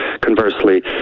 Conversely